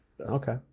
Okay